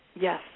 Yes